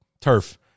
turf